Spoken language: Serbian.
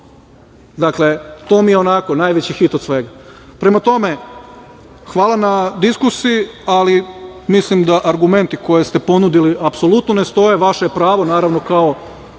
Dakle, to mi je najveći hit od svega. Prema tome, hvala na diskusiji, ali mislim da argumenti koje ste ponudili apsolutno ne stoje, vaše je pravo, naravno, kao